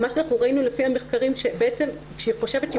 ראינו לפי המחקרים שכאשר היא חושבת שהיא